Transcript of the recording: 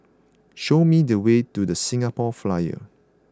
show me the way to The Singapore Flyer